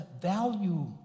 value